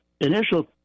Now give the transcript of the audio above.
initial